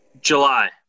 July